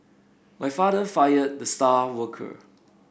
my father fired the star worker